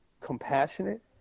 compassionate